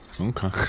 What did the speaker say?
Okay